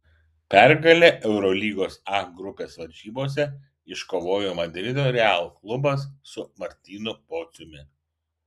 pergalę eurolygos a grupės varžybose iškovojo madrido real klubas su martynu pociumi